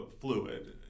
fluid